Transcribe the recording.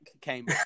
came